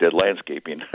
landscaping